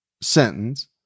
sentence